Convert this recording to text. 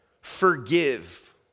forgive